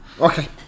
Okay